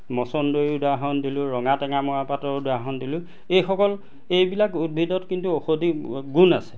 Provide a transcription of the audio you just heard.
মচন্দৰিৰ উদাহৰণ দিলোঁ ৰঙা টেঙা মৰাপাটৰ উদাহৰণ দিলোঁ এইসকল এইবিলাক উদ্ভিদত কিন্তু ঔষধি গুণ আছে